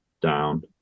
down